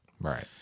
Right